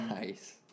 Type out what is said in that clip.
Nice